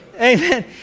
Amen